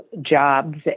jobs